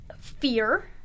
Fear